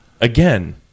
Again